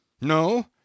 no